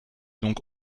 donc